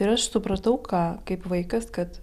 ir aš supratau ką kaip vaikas kad